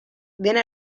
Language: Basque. dena